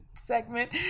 segment